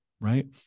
right